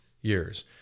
years